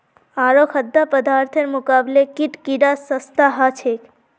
आरो खाद्य पदार्थेर मुकाबले कीट कीडा सस्ता ह छे